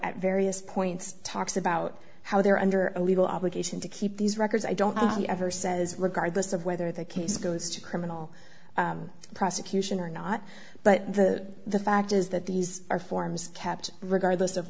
at various points talks about how they're under a legal obligation to keep these records i don't ever says regardless of whether the case goes to criminal prosecution or not but the fact is that these are forms kept regardless of